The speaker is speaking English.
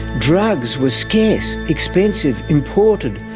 drugs were scarce, expensive, imported,